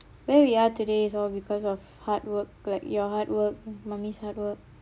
where we are today is all because of hard work like your hard work mummy's hard work